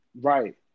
Right